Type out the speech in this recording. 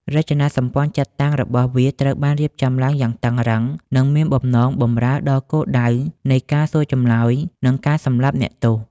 រចនាសម្ព័ន្ធចាត់តាំងរបស់វាត្រូវបានរៀបចំឡើងយ៉ាងតឹងរ៉ឹង និងមានបំណងបម្រើដល់គោលដៅនៃការសួរចម្លើយ និងការសម្លាប់អ្នកទោស។